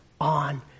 on